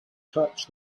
touched